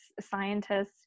scientists